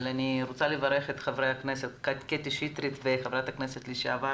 אני רוצה לברך את חברי הכנסת קטי שטרית וח"כ לשעבר